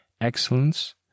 Excellence